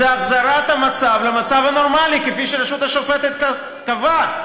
זה החזרת המצב למצב הנורמלי כפי שהרשות השופטת קבעה.